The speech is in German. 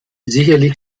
sicherlich